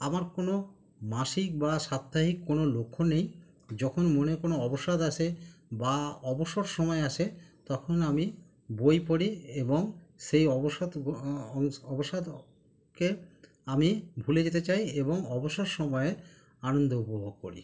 আমার কোনো মাসিক বা সাপ্তাহিক কোনো লক্ষ্য নেই যখন মনে কোনো অবসাদ আসে বা অবসর সময় আসে তখন আমি বই পড়ি এবং সেই অবসাদগু অবসাদকে আমি ভুলে যেতে চাই এবং অবসর সময়ের আনন্দ উপভোগ করি